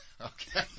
Okay